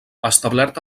establert